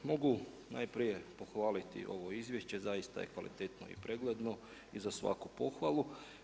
Mogu najprije pohvaliti ovo izvješće, zaista je kvalitetno i pregledno i za svaku pohvalu.